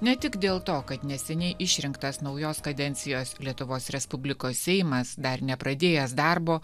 ne tik dėl to kad neseniai išrinktas naujos kadencijos lietuvos respublikos seimas dar nepradėjęs darbo